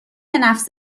نفس